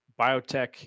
biotech